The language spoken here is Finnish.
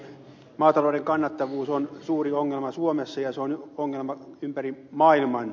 maatalouden kannattavuus on suuri ongelma suomessa ja se on ongelma ympäri maailman